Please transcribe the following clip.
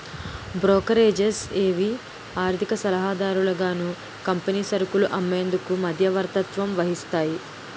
brokerages ఏవి ఆర్థిక సలహాదారులుగాను కంపెనీ సరుకులు అమ్మేందుకు మధ్యవర్తత్వం వహిస్తాయి